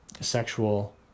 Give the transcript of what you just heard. sexual